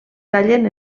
tallen